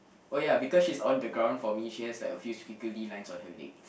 oh ya because she's on the ground for me she has like a few squiggly lines on her legs